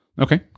Okay